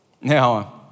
Now